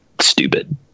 stupid